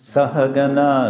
Sahagana